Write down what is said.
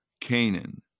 Canaan